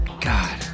God